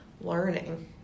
learning